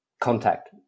contact